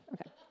Okay